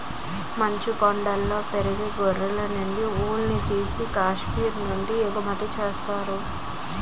మంచుకొండలలో పెరిగే గొర్రెలనుండి ఉన్నిని తీసి కాశ్మీరు నుంచి ఎగుమతి చేత్తారు